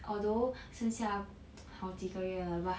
although 剩下好几个月了 but